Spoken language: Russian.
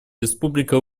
республика